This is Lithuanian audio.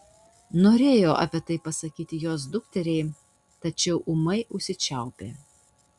norėjo apie tai pasakyti jos dukteriai tačiau ūmai užsičiaupė